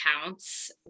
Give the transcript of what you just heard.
accounts